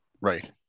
Right